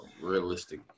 Realistic